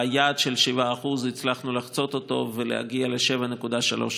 היעד של 7% הצלחנו לחצות אותו ולהגיע ל-7.3%.